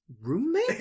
roommate